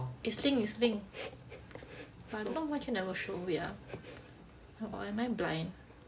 it's linked it's linked but I don't know why here never show wait ah come on am I blind